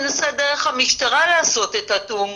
ננסה דרך המשטרה לעשות את התיאום.